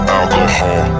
alcohol